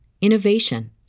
innovation